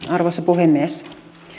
arvoisa puhemies